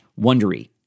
wondery